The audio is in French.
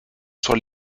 sur